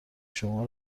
شما